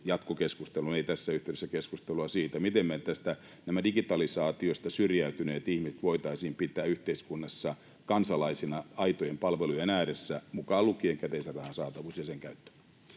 jatkokeskustelun — ei kuitenkaan tässä yhteydessä keskustelua — siitä, miten me nämä digitalisaatiosta syrjäytyneet ihmiset voitaisiin pitää yhteiskunnassa kansalaisina aitojen palvelujen ääressä, mukaan lukien käteisen rahan saatavuus ja sen käyttö.